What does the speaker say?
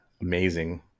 amazing